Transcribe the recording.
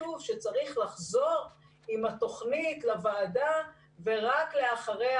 כתוב שצריך לחזור עם התוכנית לוועדה ורק לאחריה